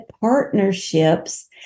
partnerships